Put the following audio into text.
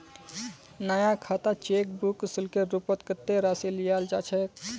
नया खातात cheque book शुल्केर रूपत कत्ते राशि लियाल जा छेक